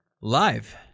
live